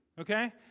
okay